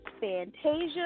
Fantasia